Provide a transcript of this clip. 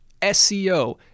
SEO